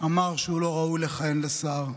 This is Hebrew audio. אמר שהוא לא ראוי לכהן כשר,